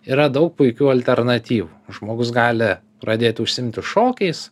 yra daug puikių alternatyvų žmogus gali pradėti užsiimti šokiais